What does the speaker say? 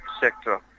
sector